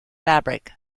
fabric